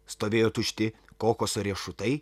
stovėjo tušti kokoso riešutai